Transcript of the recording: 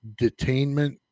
Detainment